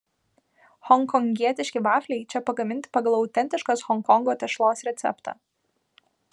honkongietiški vafliai čia pagaminti pagal autentiškos honkongo tešlos receptą